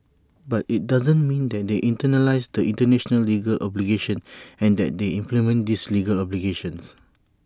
but IT doesn't mean that they internalise the International legal obligations and that they implement these legal obligations